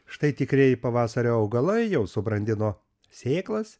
štai tikrieji pavasario augalai jau subrandino sėklas